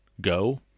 go